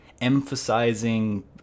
emphasizing